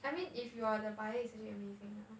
I mean if you are the buyer it's actually amazing lah